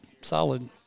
Solid